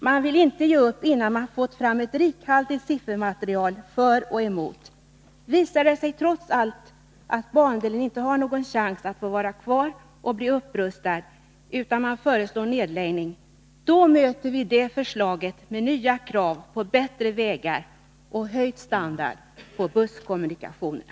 Man vill inte ge upp förrän man har fått fram ett rikhaltigt siffermaterial för och emot. Visar det sig trots allt att bandelen inte har någon chans att få vara kvar och bli upprustad, utan man föreslår 151 nedläggning, då möter vi det förslaget med nya krav på bättre vägar och höjd standard på busskommunikationerna.